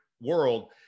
world